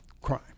crime